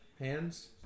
hands